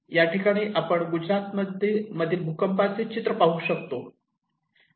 याठिकाणी आपण गुजरातमध्ये भूकंपाचे चित्र पाहू शकतो